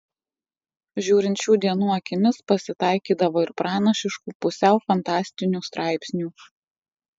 žiūrint šių dienų akimis pasitaikydavo ir pranašiškų pusiau fantastinių straipsnių